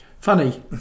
Funny